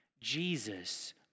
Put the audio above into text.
Jesus